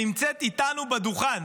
שנמצאת איתנו במליאה,